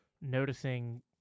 noticing